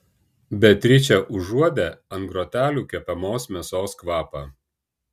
beatričė užuodė ant grotelių kepamos mėsos kvapą